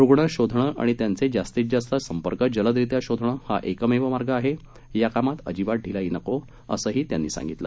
रुग्ण शोधणे आणि त्यांचे जास्तीत जास्त संपर्क जलदरित्या शोधणे हा एकमेव मार्ग आहे या कामांत अजिबात ढिलाई नको असंही त्यांनी सांगितलं